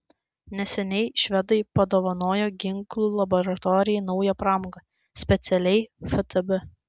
neseniai švedai padovanojo ginklų laboratorijai naują programą specialiai ftb